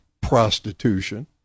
prostitution